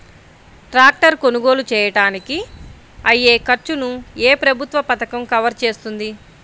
Tractor కొనుగోలు చేయడానికి అయ్యే ఖర్చును ఏ ప్రభుత్వ పథకం కవర్ చేస్తుంది?